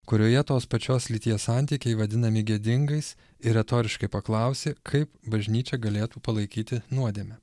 kurioje tos pačios lyties santykiai vadinami gėdingais ir retoriškai paklausė kaip bažnyčia galėtų palaikyti nuodėmę